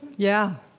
yeah.